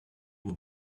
will